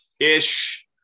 ish